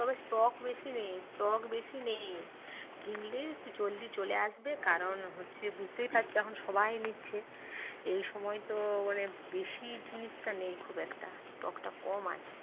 তবে স্টক বেশি নেই স্টক বেশি নেই কিনলে একটু জলদি চলে আসবে কারণ হচ্ছে বুঝতেই পারছ এখন সবাই নিচ্ছে এই সময় তো মানে বেশি জিনিসটা নেই খুব একটা স্টকটা কম আছে